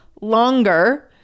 longer